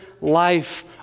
life